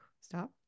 stop